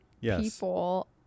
people